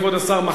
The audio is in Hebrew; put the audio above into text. כבוד השר,